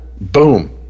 Boom